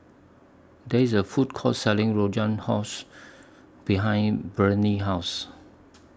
There IS A Food Court Selling Rogan Josh behind Breanne's House